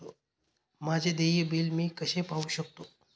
माझे देय बिल मी कसे पाहू शकतो?